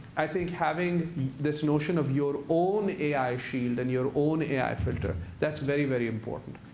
i think having this notion of your own ai shield and your own ai filter that's very, very important.